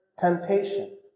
temptation